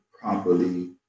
properly